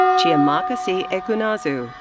chiamaka c. ekwunazu,